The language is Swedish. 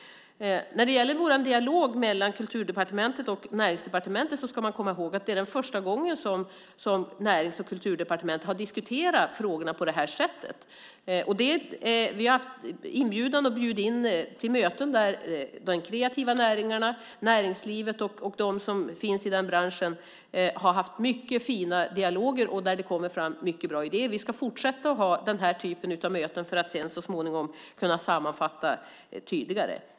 När det gäller vår dialog mellan Kulturdepartementet och Näringsdepartementet ska man komma ihåg att det är första gången som Näringsdepartementet och Kulturdepartementet har diskuterat frågorna på det här sättet. Vi har bjudit in till möten där de kreativa näringarna, näringslivet och de som finns i den branschen har haft mycket fina dialoger och där det kommit fram många bra idéer. Vi ska fortsätta att ha den typen av möten för att sedan så småningom kunna sammanfatta tydligare.